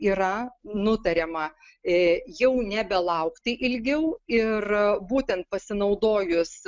yra nutariama e jau nebe laukti ilgiau ir būtent pasinaudojus